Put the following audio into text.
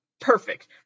perfect